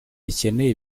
ikeneye